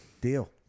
Deal